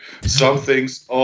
Something's